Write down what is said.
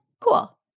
Cool